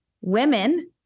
Women